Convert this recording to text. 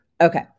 Okay